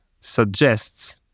suggests